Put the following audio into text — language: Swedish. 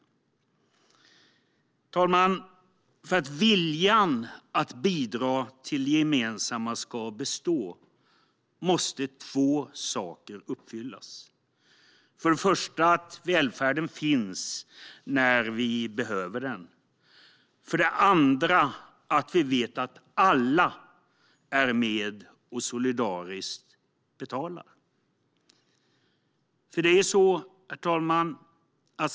Herr talman! För att viljan att bidra till det gemensamma ska bestå måste två saker uppfyllas. För det första handlar det om att välfärden finns när vi behöver den. För det andra handlar det om att vi vet att alla är med och betalar solidariskt. Herr talman!